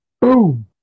Boom